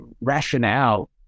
rationale